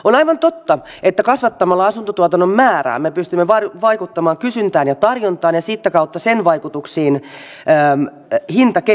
on aivan totta että kasvattamalla asuntotuotannon määrää me pystymme vaikuttamaan kysyntään ja tarjontaan ja sitä kautta sen vaikutuksiin hintakehityksissä